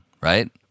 right